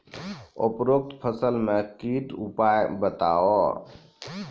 उपरोक्त फसल मे कीटक उपाय बताऊ?